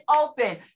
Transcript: open